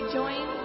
join